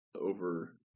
over